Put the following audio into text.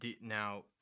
Now